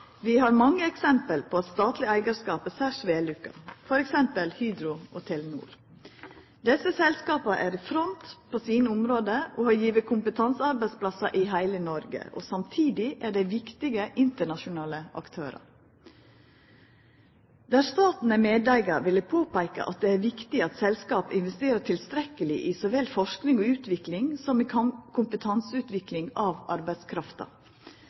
Vi har mange eksempel på at statleg eigarskap er særs vellukka, f.eks. Hydro og Telenor. Desse selskapa er i front på sine område, og har gjeve kompetansearbeidsplassar til heile Noreg. Samtidig er dei viktige internasjonale aktørar. Der staten er medeigar, vil eg påpeika at det er viktig at selskapa investerer tilstrekkeleg i så vel forsking og utvikling som i kompetanseutvikling av arbeidskrafta.